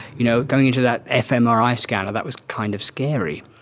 you know going into that fmri scanner, that was kind of scary.